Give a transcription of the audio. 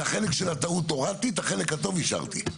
את החלק של הטעות הורדתי ואת החלק הטוב השארתי.